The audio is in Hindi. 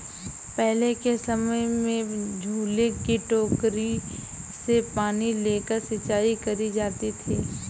पहले के समय में झूले की टोकरी से पानी लेके सिंचाई करी जाती थी